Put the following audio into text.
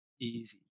easy